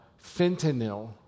Fentanyl